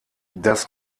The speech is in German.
das